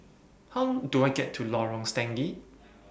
How Do I get to Lorong Stangee